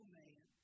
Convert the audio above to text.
man